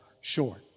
short